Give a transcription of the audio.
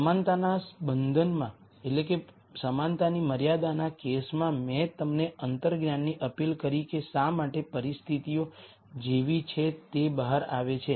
સમાનતાના બંધનનાં કેસમાં મેં તમને અંતર્જ્ઞાનની અપીલ કરી કે શા માટે પરિસ્થિતિઓ જેવી છે તે બહાર આવે છે